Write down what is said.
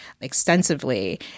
extensively